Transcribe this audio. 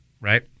right